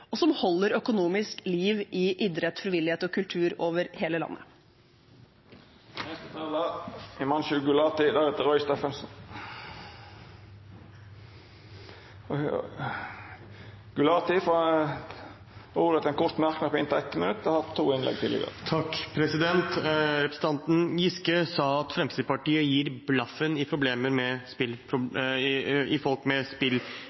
og som holder økonomisk liv i idrett, frivillighet og kultur over hele landet. Representanten Himanshu Gulati har hatt ordet to gonger tidlegare, og får ordet til ein kort merknad, avgrensa til 1 minutt. Representanten Giske sa at Fremskrittspartiet «gir blaffen i» folk med